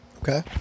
Okay